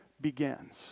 begins